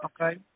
okay